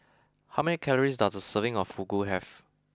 how many calories does a serving of Fugu have